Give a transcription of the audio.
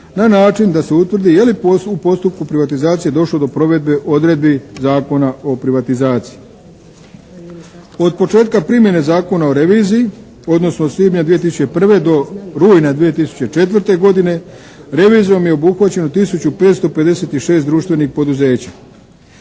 na način da se utvrdi je li u postupku privatizacije došlo do provedbe odredbi Zakona o privatizaciji. Od početka primjene Zakona o reviziji odnosno od svibnja 2001. do rujna 2004. godine revizijom je obuhvaćeno 1556 društvenih poduzeća.